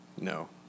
No